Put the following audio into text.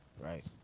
Right